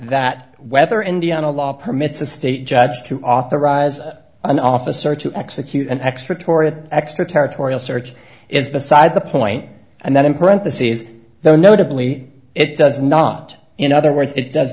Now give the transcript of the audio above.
that whether indiana law permits a state judge to authorize an officer to execute an extra tour of extraterritorial search is beside the point and then in parentheses the notably it does not in other words it does